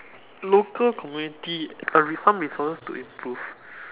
local community a re~ some resources to improve